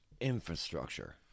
infrastructure